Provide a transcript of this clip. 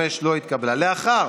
נא לסיים.